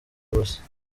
gusa